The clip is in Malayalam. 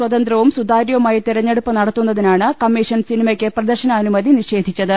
സ്വതന്ത്രവുവും സുതാര്യവുമായി തെര ഞ്ഞെടുപ്പ് നടത്തുന്നതിനാണ് കമ്മീഷൻ സിനിമയ്ക്ക് പ്രദർശനാ നുമതി നിഷേധിച്ചത്